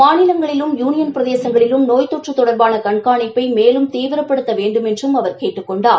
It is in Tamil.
மாநிலங்களிலும் யுளியன் பிரதேசங்களும் நோய் தொற்று தொடா்பான கண்காணிப்பை மேலும் தீவிரபடுத்த வேண்டுமென்றும் அவர் கேட்டுக் கொண்டார்